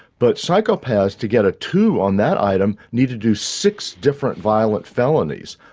but psychopaths, to get a two on that item, need to do six different violent felonies,